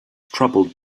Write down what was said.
troubled